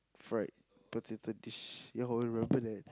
fried potato dish ya oh I remember that